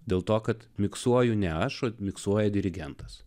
dėl to kad miksuoju ne aš o miksuojea dirigentas